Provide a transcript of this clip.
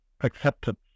acceptance